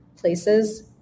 places